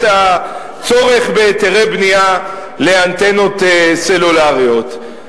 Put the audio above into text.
הצורך בהיתרי בנייה לאנטנות סלולריות.